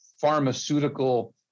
pharmaceutical